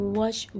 watch